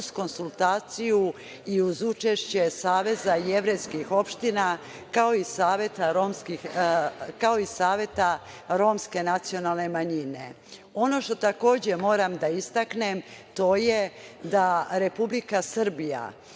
uz konsultaciju i uz učešća Saveza jevrejskih opština, kao i Saveta romske nacionalne manjine. Ono što takođe moram da istaknem, to je da Republika Srbija,